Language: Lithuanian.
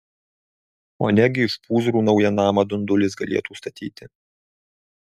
o negi iš pūzrų naują namą dundulis galėtų statyti